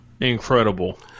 incredible